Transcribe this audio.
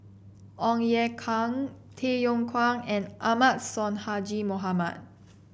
Ong Ye Kung Tay Yong Kwang and Ahmad Sonhadji Mohamad